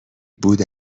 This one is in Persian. بود